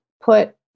put